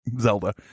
Zelda